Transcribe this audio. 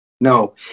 No